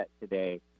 today